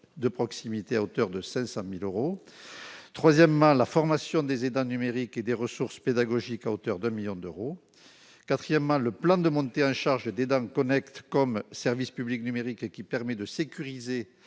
de proximité à hauteur de 500000 euros, troisièmement, la formation des aidants numériques et des ressources pédagogiques à hauteur d'un 1000000 d'euros, quatrièmement, le plan de montée en charge des dames comme service public numérique qui permet de sécuriser